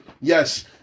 Yes